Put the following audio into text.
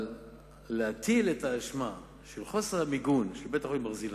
אבל להטיל את האשמה של חוסר המיגון של בית-החולים "ברזילי"